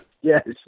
Yes